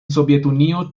sovetunio